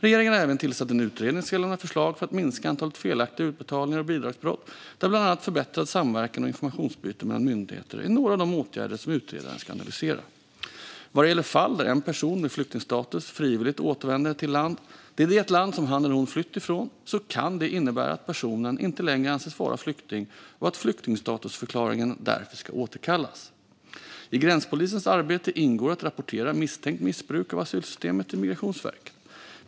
Regeringen har även tillsatt en utredning som ska lämna förslag för att minska antalet felaktiga utbetalningar och bidragsbrott, där bland annat förbättrad samverkan och informationsutbyte mellan myndigheter är några av de åtgärder utredaren ska analysera. Vad gäller fall där en person med flyktingstatus frivilligt återvänder till det land som han eller hon flytt ifrån kan det innebära att personen inte längre ska anses vara flykting och att flyktingstatusförklaringen därför ska återkallas. I gränspolisens arbete ingår att rapportera misstänkt missbruk av asylsystemet till Migrationsverket.